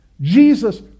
Jesus